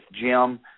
Jim